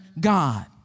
God